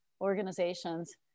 organizations